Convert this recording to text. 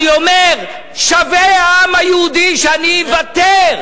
אני אומר: שווה העם היהודי שאני אוותר,